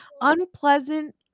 unpleasant